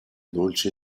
dolce